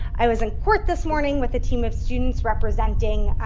i was in court this morning with a team of students representing